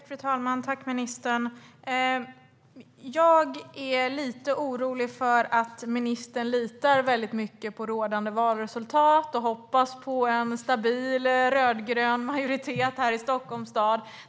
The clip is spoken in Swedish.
Fru talman! Jag tackar ministern. Jag är lite orolig för att ministern litar för mycket på rådande valresultat och hoppas på en stabil rödgrön majoritet i Stockholms stad.